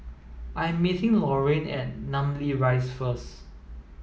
I am meeting Lorraine at Namly Rise first